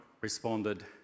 responded